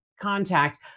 contact